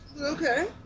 Okay